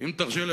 אם תרשה לי,